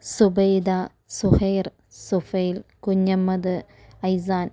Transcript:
Subaida Suhair Sufail Kunhammad Aisan